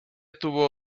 tuvo